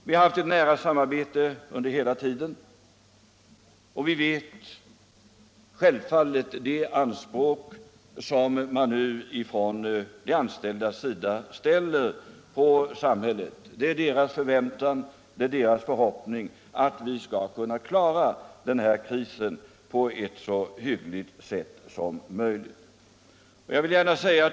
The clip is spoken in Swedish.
Vi har hela tiden haft ett nära samarbete, och vi vet självfallet vilka anspråk de anställda ställer på samhället. Det är deras förväntningar, deras förhoppningar att vi skall kunna klara krisen så hyggligt som möjligt.